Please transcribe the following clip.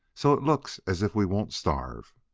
so it looks as if we won't starve.